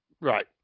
Right